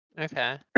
okay